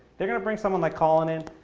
they're going to bring someone like colin in.